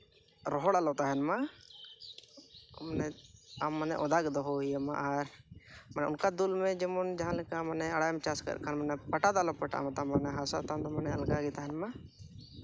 ᱨᱚᱦᱚᱲ ᱟᱞᱚ ᱛᱟᱦᱮᱱ ᱢᱟ ᱟᱢ ᱢᱟᱱᱮ ᱚᱫᱟ ᱜᱮ ᱫᱚᱦᱚ ᱦᱩᱭ ᱟᱢᱟ ᱟᱨ ᱚᱱᱠᱟ ᱫᱩᱞ ᱢᱮ ᱡᱮᱢᱚᱱ ᱡᱟᱦᱟᱸ ᱞᱮᱠᱟ ᱢᱟᱱᱮ ᱟᱲᱟᱜ ᱮᱢ ᱪᱟᱥ ᱠᱟᱫ ᱠᱷᱟᱱ ᱯᱟᱴᱟ ᱫᱚ ᱟᱞᱚ ᱯᱟᱴᱟᱜ ᱢᱟ ᱛᱟᱢ ᱢᱟᱱᱮ ᱦᱟᱥᱟ ᱛᱟᱢ ᱫᱚ ᱢᱟᱱᱮ ᱟᱞᱜᱟ ᱜᱮ ᱛᱟᱦᱮᱱ ᱢᱟ